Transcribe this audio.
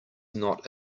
not